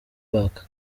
back